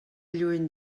lluny